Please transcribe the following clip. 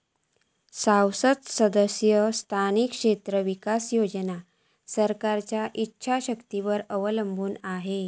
सांसद सदस्य स्थानिक क्षेत्र विकास योजना सरकारच्या ईच्छा शक्तीवर अवलंबून हा